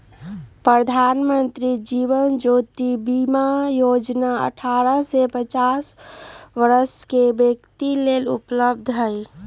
प्रधानमंत्री जीवन ज्योति बीमा जोजना अठारह से पचास वरस के व्यक्तिय लेल उपलब्ध हई